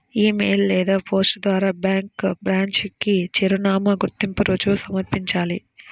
ఇ mail లేదా post ద్వారా bank branch కి చిరునామా, గుర్తింపు రుజువు సమర్పించాలి